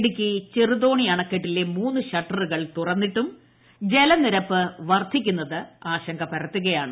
ഇടുക്കി ചെറുതോണി അണക്കെട്ടിലെ മൂന്ന് ഷട്ടറുകൾ തുറന്നിട്ടും ജലനിരപ്പ് വർദ്ധിക്കുന്നത് ആശങ്ക വളരുകയാണ്